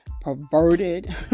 perverted